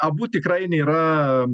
abu tikrai nėra